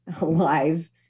alive